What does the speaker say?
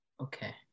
Okay